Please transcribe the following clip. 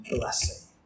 Blessing